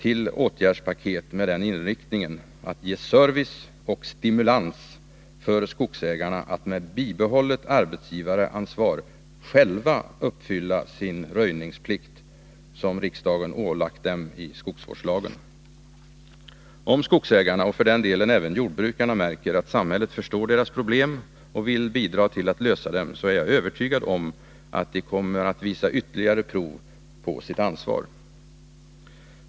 i åtgärdspaket med inriktningen att ge service och stimulans åt skogsägarna att med bibehållet arbetsgivaransvar själva uppfylla den röjningsplikt som riksdagen ålagt dem i skogsvårdslagen. Om skogsägarna och för den delen även jordbrukarna märker att samhället förstår deras problem och vill bidra till att lösa dem, är jag övertygad om att de kommer att visa ytterligare prov på sitt ansvar.